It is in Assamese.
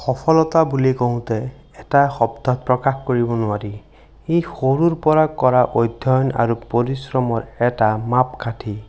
সফলতা বুলি কওঁতে এটা শব্দত প্ৰকাশ কৰিব নোৱাৰি এই সৰুৰ পৰা কৰা অধ্যয়ন আৰু পৰিশ্ৰমৰ এটা মাপকাঠি